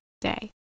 day